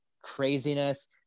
craziness